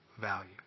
value